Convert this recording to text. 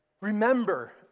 Remember